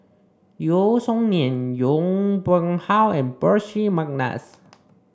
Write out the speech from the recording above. Yeo Song Nian Yong Pung How and Percy McNeice